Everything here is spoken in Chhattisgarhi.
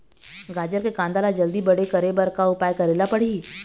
गाजर के कांदा ला जल्दी बड़े करे बर का उपाय करेला पढ़िही?